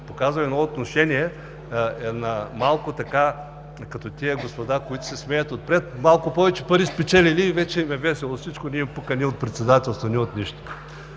показва едно отношение, малко така, като тези господа, които се смеят отпред. Малко повече пари спечелили и вече им е весело всичко. Не им пука – нито от председателство, нито от нищо.